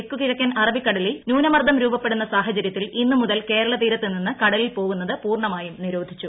തെക്കു കിഴക്കൻ അറബിക്കടലിൽ ന്യൂനമർദ്ദം രൂപപ്പെടുന്ന സാഹചര്യത്തിൽ ഇന്ന് മുതൽ കേരള തീരത്ത് നിന്ന് കടലിൽ പോകുന്നത് പൂർണ്ണമായും നിരോധിച്ചു